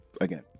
again